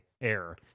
air